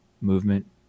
movement